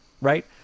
Right